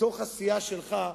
בתוך הסיעה שלך,